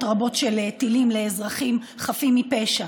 רבות של טילים לעבר אזרחים חפים מפשע.